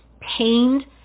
pained